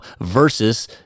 versus